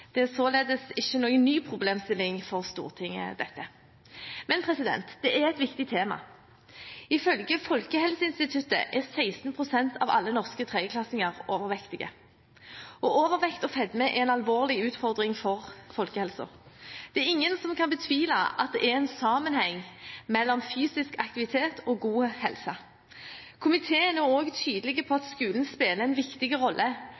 Dette er således ikke noen ny problemstilling for Stortinget. Men det er et viktig tema. Ifølge Folkehelseinstituttet er 16 pst. av alle norske tredjeklassinger overvektige. Overvekt og fedme er en alvorlig utfordring for folkehelsen. Det er ingen som kan betvile at det er en sammenheng mellom fysisk aktivitet og god helse. Komiteen er også tydelig på at skolen spiller en viktig rolle